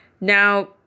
Now